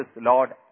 Lord